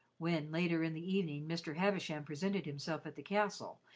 when, later in the evening, mr. havisham presented himself at the castle,